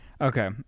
Okay